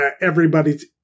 everybody's